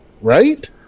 right